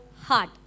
heart